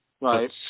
Right